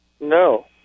No